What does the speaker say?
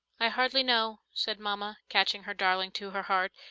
i hardly know, said mama, catching her darling to her heart,